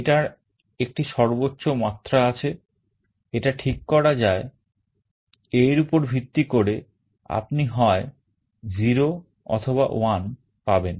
এটার একটি সর্বোচ্চ মাত্রা আছে এটা ঠিক করা যায় এর উপর ভিত্তি করে আপনি হয় 0 অথবা 1 পাবেন